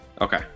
Okay